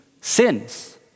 sins